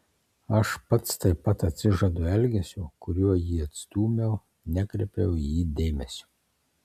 aš pats taip pat atsižadu elgesio kuriuo jį atstūmiau nekreipiau į jį dėmesio